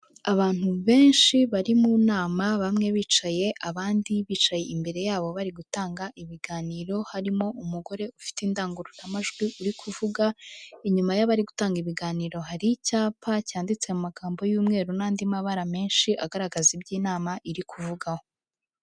Abantu benshi bari mu nama bamwe bicaye abandi bicaye imbere yabo bari gutanga ibiganiro harimo umugore ufite indangururamajwi uri kuvuga, inyuma y'abari gutanga ibiganiro hari icyapa cyanditse mu magambo y'umweru n'andi mabara menshi agaragaza iby'inama iri kuvugaho.